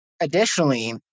additionally